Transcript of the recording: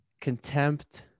contempt